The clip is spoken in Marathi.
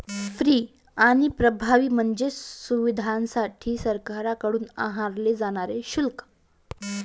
फी आणि प्रभावी म्हणजे सुविधांसाठी सरकारकडून आकारले जाणारे शुल्क